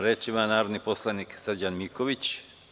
Reč ima narodni poslanik Srđan Miković.